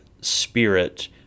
Spirit